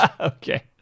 Okay